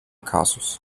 kasus